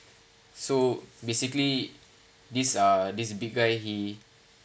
so basically this uh this big guy he